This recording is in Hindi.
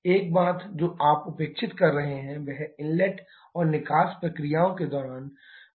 एक बात जो आप उपेक्षित कर रहे हैं वह इनलेट और निकास प्रक्रियाओं के दौरान फ्लकचुएशंस है